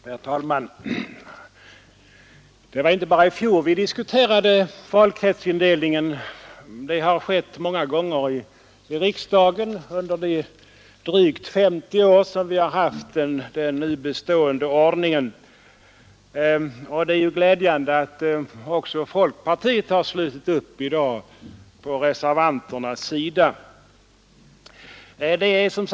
Herr talman! Det var inte bara i fjol man diskuterade valkretsindelningen; det har skett många gånger i riksdagen under de drygt 50 år som vi har haft den nuvarande ordningen. Det är glädjande att också folkpartiet i dag har slutit upp på reservanternas sida.